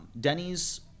Denny's